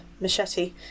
machete